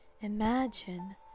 imagine